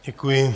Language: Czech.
Děkuji.